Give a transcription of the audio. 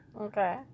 Okay